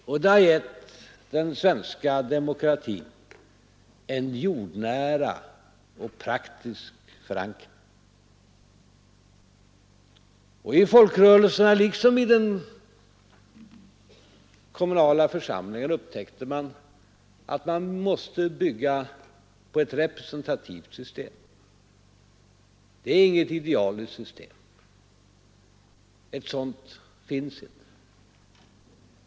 Och det har givit den svenska demokratin en jordnära och praktisk förankring. I folkrörelserna liksom i den kommunala församlingen upptäckte människorna att man måste bygga på ett representativt system. Det är inget idealiskt system. Ett sådant finns inte.